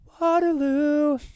Waterloo